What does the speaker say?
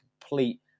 complete